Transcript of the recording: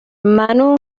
منو